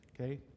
Okay